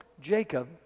Jacob